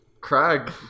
Craig